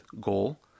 goal